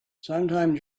sometime